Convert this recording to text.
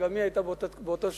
שגם הוא היה באותו שבוע,